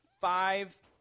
five